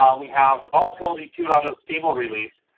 um we have the volatility two out of stable release.